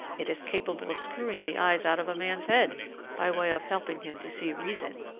it is capable of screwing the eyes out of a man's head by way of helping him to see reason.